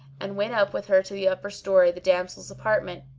and went up with her to the upper story, the damsel's apartment.